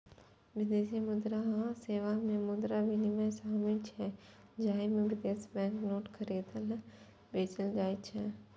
विदेशी मुद्रा सेवा मे मुद्रा विनिमय शामिल छै, जाहि मे विदेशी बैंक नोट खरीदल, बेचल जाइ छै